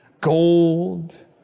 Gold